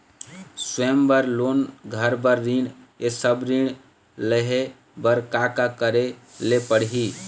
स्वयं बर लोन, घर बर ऋण, ये सब्बो ऋण लहे बर का का करे ले पड़ही?